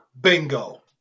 Bingo